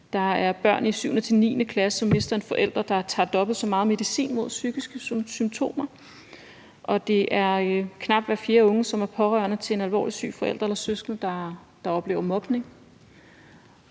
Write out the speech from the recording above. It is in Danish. af de børn i 7.-9. klasse, som mister en forælder, tager dobbelt så meget medicin mod psykiske symptomer, og knap hver fjerde unge, som er pårørende til en alvorligt syg forælder eller søskende, oplever mobning.